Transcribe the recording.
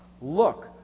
look